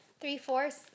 Three-fourths